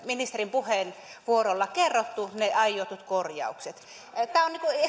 ministerin puheenvuorossa kerrottu ne aiotut korjaukset